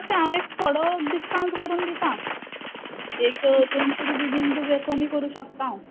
अशें हांव एक थोडो डिस्कावंट करून दिता एक दोनशीं रुपया बीन तुगे कमी करूं शकता हांव